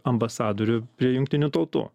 ambasadorių prie jungtinių tautų